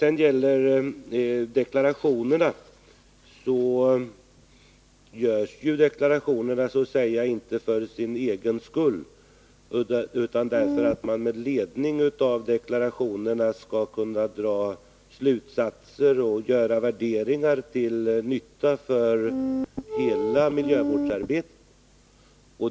När det gäller deklarationerna vill jag säga att sådana inte görs för sin egen skull, utan därför att man med ledning därav skall kunna dra slutsatser och göra värderingar till nytta för hela miljövårdsarbetet.